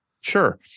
Sure